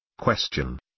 Question